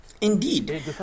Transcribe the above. Indeed